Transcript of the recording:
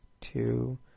two